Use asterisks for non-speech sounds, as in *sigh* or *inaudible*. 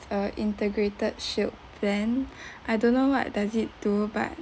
a integrated shield plan *breath* I don't know what does it do but